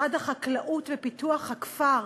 משרד החקלאות ופיתוח הכפר,